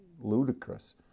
ludicrous